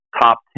top